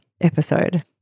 episode